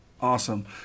Awesome